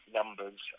numbers